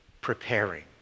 preparing